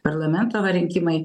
parlamento va rinkimai